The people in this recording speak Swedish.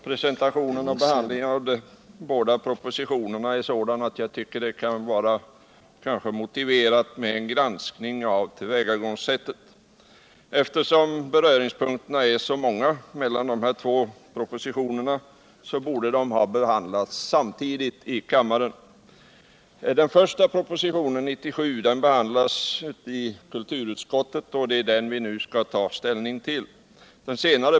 Presentationen och behandlingen av dem är sådan att det enligt min mening är motiverat med en granskning av tillvägagångssättet. Eftersom beröringspunkterna är så många mellan propositionerna, borde de ha behandlats samtidigt i kammaren. Propositionen 97 har behandlats i kulturutskottet, och det är den vi nu skall ta ställning till.